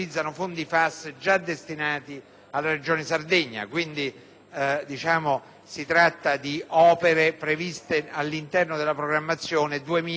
tratta, quindi, di opere previste all'interno della programmazione 2000-2006.